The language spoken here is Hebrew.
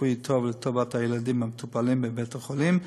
רפואי טוב לטובת הילדים המטופלים בבית-החולים,